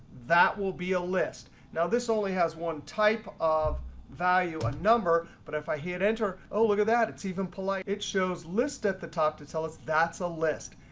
that will be a list. now this only has one type of value, a number. but if i hit enter, oh, look at that. it's even polite. it shows list at the top to tell us that's a list.